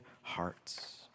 hearts